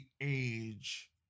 age